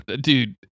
dude